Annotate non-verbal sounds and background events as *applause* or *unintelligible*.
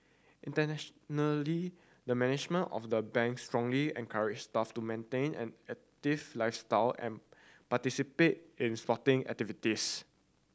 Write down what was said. *unintelligible* the management of the Bank strongly encourage staff to maintain an active lifestyle and participate in sporting activities